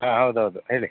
ಹಾಂ ಹೌದು ಹೌದು ಹೇಳಿ